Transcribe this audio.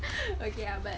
okay lah but